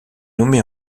nommée